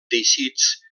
teixits